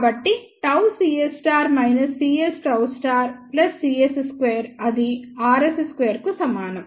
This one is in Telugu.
కాబట్టి Γ cs cs Γ cs 2 అది rs 2 కు సమానం